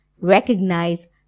Recognize